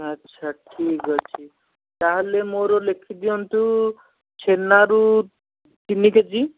ଆଚ୍ଛା ଠିକ୍ ଅଛି ତା'ହେଲେ ମୋର ଲେଖି ଦିଅନ୍ତୁ ଛେନାରୁ ତିନି କେଜି